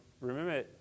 remember